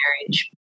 marriage